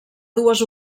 dues